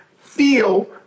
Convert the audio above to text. feel